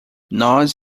nós